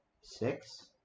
Six